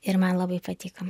ir man labai patiko